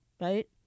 right